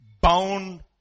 bound